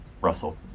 Russell